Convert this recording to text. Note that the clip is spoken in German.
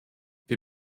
wir